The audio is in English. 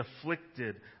afflicted